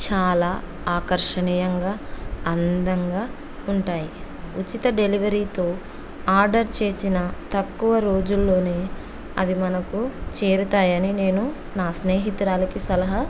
చాలా ఆకర్షణీయంగా అందంగా ఉంటాయి ఉచిత డెలివరీతో ఆర్డర్ చేసిన తక్కువ రోజుల్లోని అవి మనకు చేరుతాయని నేను నా స్నేహితురాలకి సలహా